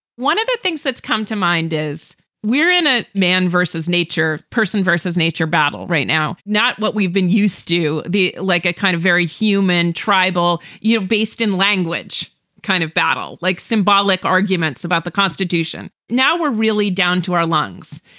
one of the things that's come to mind is we're in a man vs. nature person vs. nature battle right now, not what we've been used to be like, a kind of very human tribal, you know, based in language kind of battle, like symbolic arguments about the constitution. now we're really down to our lungs.